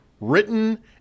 written